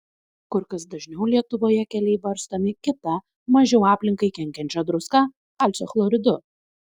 kur kas dažniau lietuvoje keliai barstomi kita mažiau aplinkai kenkiančia druska kalcio chloridu